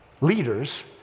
leaders